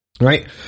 right